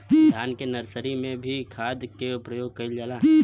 धान के नर्सरी में भी खाद के प्रयोग कइल जाला?